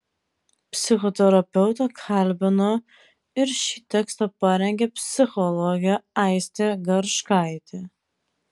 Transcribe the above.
psichoterapeutą kalbino ir šį tekstą parengė psichologė aistė garškaitė